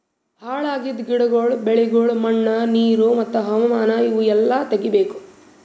ಹಾಳ್ ಆಗಿದ್ ಗಿಡಗೊಳ್, ಬೆಳಿಗೊಳ್, ಮಣ್ಣ, ನೀರು ಮತ್ತ ಹವಾಮಾನ ಇವು ಎಲ್ಲಾ ತೆಗಿಬೇಕು